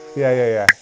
yeah,